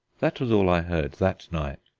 that was all i heard that night.